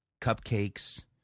cupcakes